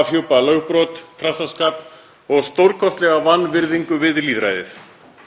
afhjúpa lögbrot, trassaskap og stórkostlega vanvirðingu við lýðræðið.